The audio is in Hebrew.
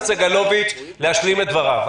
סגלוביץ להשלים את דבריו.